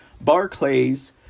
Barclays